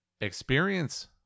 Experience